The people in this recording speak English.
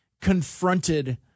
confronted